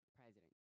president